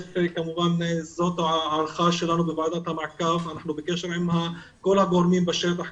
אנחנו בוועדת המעקב בקשר עם כל הגורמים בשטח,